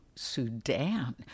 sudan